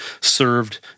served